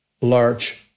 large